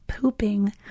pooping